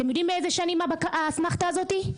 אתם יודעים מאיזה שנה האסמכתא הזאתי?